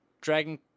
Dragon